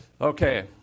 Okay